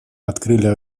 открыли